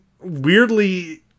weirdly